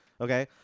Okay